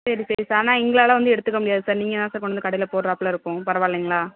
சரி சரி சார் ஆனால் எங்களால வந்து எடுத்துக்க முடியாது சார் நீங்கள் தான் சார் கொண்டு வந்து கடையில போடுறாப்ல இருக்கும் பரவால்லைங்களா